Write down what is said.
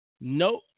Nope